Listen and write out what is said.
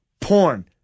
porn